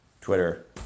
Twitter